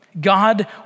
God